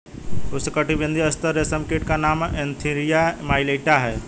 उष्णकटिबंधीय तसर रेशम कीट का नाम एन्थीरिया माइलिट्टा है